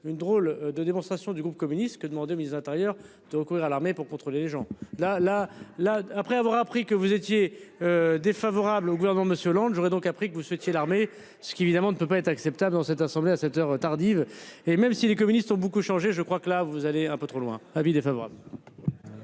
une drôle de démonstration du groupe communiste que demandent mise intérieur de recourir à l'armée pour contrôler les gens la la la, après avoir appris que vous étiez. Défavorable au gouvernement Monsieur Hollande j'aurais donc appris que vous souhaitiez l'armée. Ce qui, évidemment, on ne peut pas être acceptable dans cette assemblée, à cette heure tardive, et même si les communistes ont beaucoup changé. Je crois que là vous allez un peu trop loin, avis défavorable.